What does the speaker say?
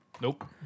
Nope